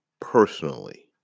personally